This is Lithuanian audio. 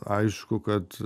aišku kad